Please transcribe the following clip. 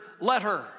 letter